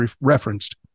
referenced